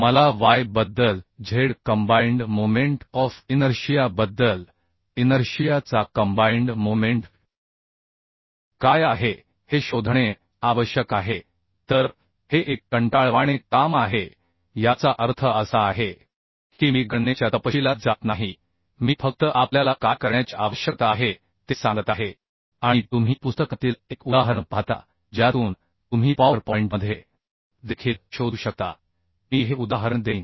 मला y बद्दल z combined moment of inertia बद्दल इनर्शिया चा कंबाइंड मोमेंट काय आहे हे शोधणे आवश्यक आहे तर हे एक कंटाळवाणे काम आहे याचा अर्थ असा आहे की मी गणनेच्या तपशीलात जात नाही मी फक्त आपल्याला काय करण्याची आवश्यकता आहे ते सांगत आहे आणि तुम्ही पुस्तकातील एक उदाहरण पाहता ज्यातून तुम्ही पॉवर पॉईंटमध्ये देखील शोधू शकता मी हे उदाहरण देईन